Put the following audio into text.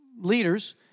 leaders